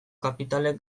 kapitalek